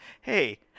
hey